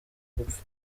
gupfa